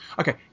Okay